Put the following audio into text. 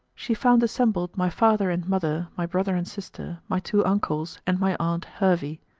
she found assembled my father and mother, my brother and sister, my two uncles, and my aunt hervey.